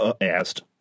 asked